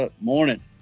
morning